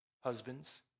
husbands